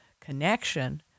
connection